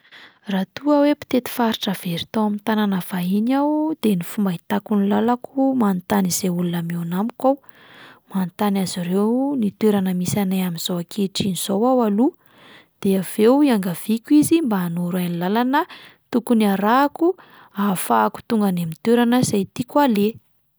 Raha toa hoe mpitety faritra very tao amin'ny tanàna vahiny aho de ny fomba ahitako ny làlako manontany izay olona mihaona amiko aho, manontany azy ireo ny toerana misy anay amin'izao ankehitriny izao aho aloha, de avy eo iangaviako izy mba hanoro ahy ny làlana tokony harahako ahafahako tonga any amin'ny toerana izay tiako haleha.